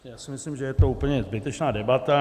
Já si myslím, že je to úplně zbytečná debata.